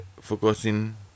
focusing